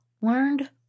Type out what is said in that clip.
learned